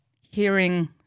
hearing